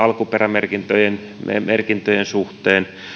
alkuperämerkintöjen suhteen